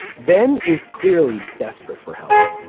ben is clearly desperate for help.